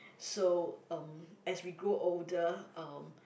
so um as we grow older uh